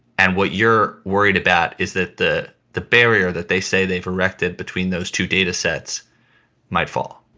and what you're worried about is that the the barrier that they say they've erected between those two data sets might fall